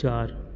चारि